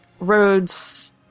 roads